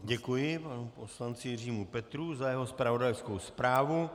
Děkuji panu poslanci Jiřímu Petrů za jeho zpravodajskou zprávu.